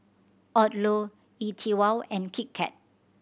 Odlo E Twow and Kit Kat